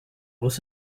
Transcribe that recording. was